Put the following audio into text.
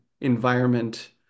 environment